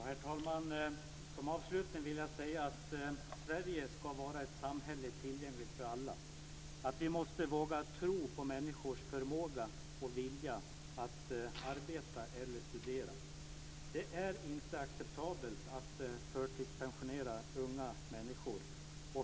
Herr talman! Som avslutning vill jag säga att Sverige ska vara ett samhället tillgängligt för alla. Vi måste våga tro på människors förmåga och vilja att arbeta eller studera. Det är inte acceptabelt att förtidspensionera unga människor.